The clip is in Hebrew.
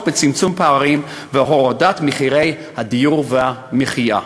בצמצום פערים והורדת מחירי הדיור והמחיה.